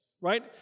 right